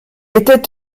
était